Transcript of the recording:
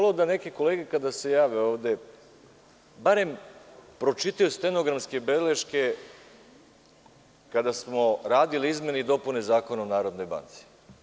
Voleo bih da neke kolege, kada se jave ovde, barem pročitaju stenogramske beleške, a kada smo radili izmene i dopune Zakona o Narodnoj banci.